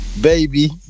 baby